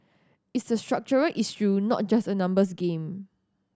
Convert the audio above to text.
it's a structural issue not just a numbers game